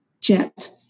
jet